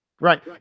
Right